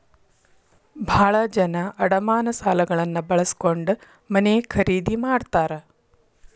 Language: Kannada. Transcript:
ಭಾಳ ಜನ ಅಡಮಾನ ಸಾಲಗಳನ್ನ ಬಳಸ್ಕೊಂಡ್ ಮನೆ ಖರೇದಿ ಮಾಡ್ತಾರಾ